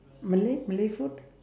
malay malay food